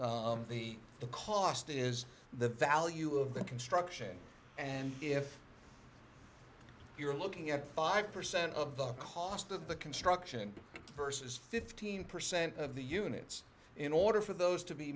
the cost is the value of the construction and if you're looking at five percent of the cost of the construction versus fifteen percent of the units in order for those to be